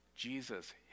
Jesus